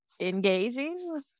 engaging